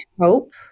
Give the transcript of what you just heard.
hope